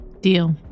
Deal